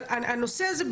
אבל הנושא הזה,